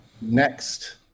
next